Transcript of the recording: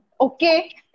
Okay